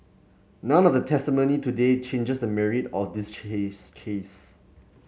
none of the testimony today changes the merit of this case